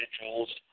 individuals